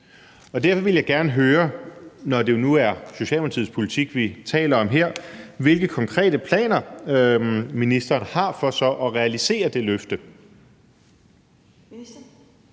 Derfor vil jeg gerne høre – når det jo nu er Socialdemokratiets politik, vi taler om her – hvilke konkrete planer ministeren så har for at realisere det løfte.